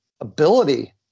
ability